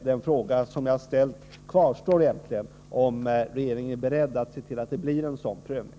Den fråga som jag har ställt kvarstår: Är regeringen beredd att se till att det blir en sådan prövning?